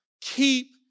Keep